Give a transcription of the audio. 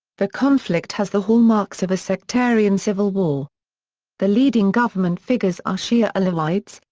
the conflict has the hallmarks of a sectarian civil war the leading government figures are shia alawites,